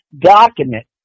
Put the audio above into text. document